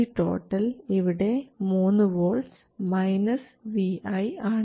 VSG ഇവിടെ 3 volts vi ആണ്